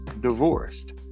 divorced